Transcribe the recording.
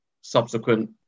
subsequent